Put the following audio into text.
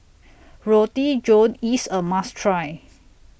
Roti John IS A must Try